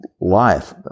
life